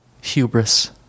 hubris